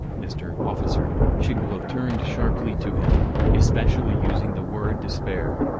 mr. officer, shigalov turned sharply to him especially using the word despair.